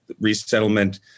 resettlement